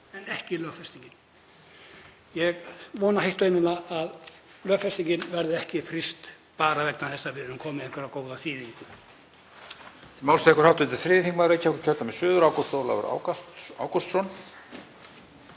en ekki lögfestingin. Ég vona heitt og innilega að lögfestingin verði ekki fryst bara vegna þess að við erum komin með góða þýðingu.